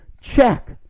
check